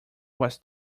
was